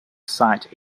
site